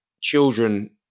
children